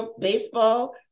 Baseball